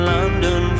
London